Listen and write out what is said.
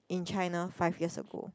in China five years ago